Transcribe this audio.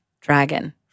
dragon